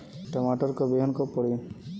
टमाटर क बहन कब पड़ी?